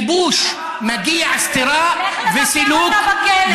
לכיבוש מגיעה סטירה, לך לבקר אותה בכלא.